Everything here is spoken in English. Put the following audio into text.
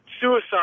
suicide